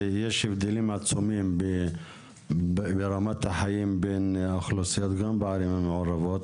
יש הבדלים עצומים ברמת החיים בין האוכלוסיות גם בערים המעורבות.